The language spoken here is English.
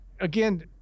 again